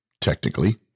technically